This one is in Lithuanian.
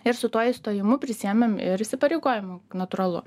ir su tuo įstojimu prisiėmėm ir įsipareigojimų natūralu